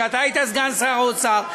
כשאתה היית סגן שר האוצר.